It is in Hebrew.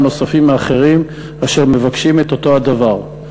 נוספים מאחרים אשר מבקשים את אותו הדבר.